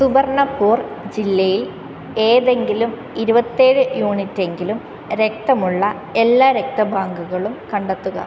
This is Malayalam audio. സുബർണപൂർ ജില്ലയിൽ ഏതെങ്കിലും ഇരുപത്തേഴ് യൂണിറ്റ് എങ്കിലും രക്തമുള്ള എല്ലാ രക്ത ബാങ്കുകളും കണ്ടെത്തുക